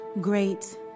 great